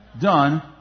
done